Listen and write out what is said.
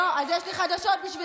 לא, אז יש לי חדשות בשבילך.